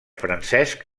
francesc